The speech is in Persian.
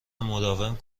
مداوم